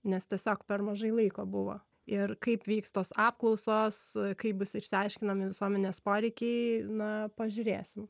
nes tiesiog per mažai laiko buvo ir kaip vyks tos apklausos kaip bus išsiaiškinami visuomenės poreikiai na pažiūrėsim